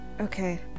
Okay